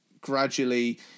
gradually